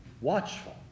watchful